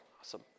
awesome